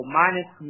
minus